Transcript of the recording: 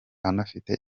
anafite